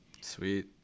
Sweet